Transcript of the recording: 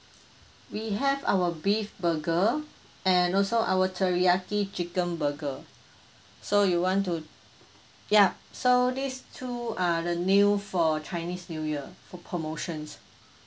we have our beef burger and also our teriyaki chicken burger so you want to yup so these two are the new for chinese new year for promotions